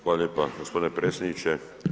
Hvala lijepa gospodine predsjedniče.